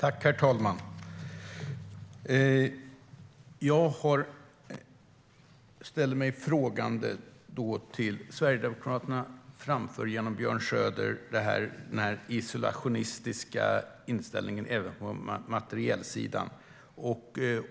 Herr talman! Jag ställer mig frågande till att Sverigedemokraterna, genom Björn Söder, framför den isolationistiska inställningen även på materielsidan.